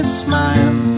smile